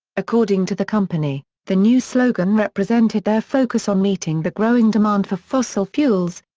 according to the company, the new slogan represented their focus on meeting the growing demand for fossil fuels,